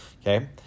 okay